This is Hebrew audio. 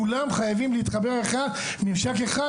כולם חייבים להתחבר כממשק אחד,